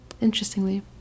Interestingly